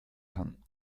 kann